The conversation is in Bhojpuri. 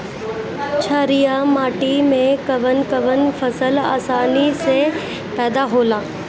छारिया माटी मे कवन कवन फसल आसानी से पैदा होला?